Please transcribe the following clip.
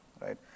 right